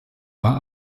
war